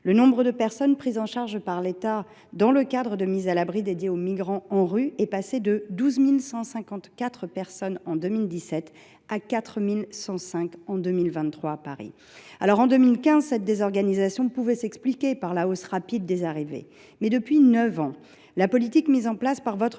Le nombre de personnes prises en charge par l’État dans le cadre des mises à l’abri dédiées aux migrants en rue est passé de 12 154 en 2017 à 4 105 en 2023 à Paris. Si, en 2015, cette désorganisation pouvait s’expliquer par la hausse rapide des arrivées, depuis neuf ans, la politique mise en place par votre